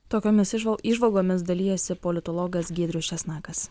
tokiomis įžval įžvalgomis dalijasi politologas giedrius česnakas